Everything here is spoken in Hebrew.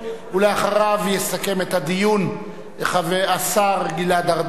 ואחריו יסכם את הדיון השר גלעד ארדן,